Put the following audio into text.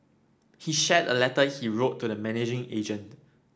he shared a letter he wrote to the managing agent